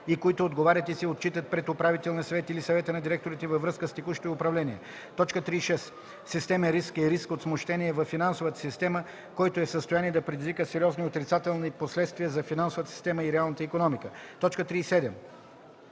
и които отговарят и се отчитат пред управителния съвет или съвета на директорите във връзка с текущото й управление. 36. „Системен риск” е риск от смущения във финансовата система, който е в състояние да предизвика сериозни отрицателни последствия за финансовата система и реалната икономика. 37.